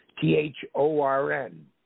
T-H-O-R-N